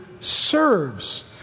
serves